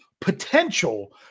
potential